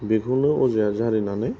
बेखौनो अजाया जारिनानै